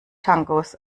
tangos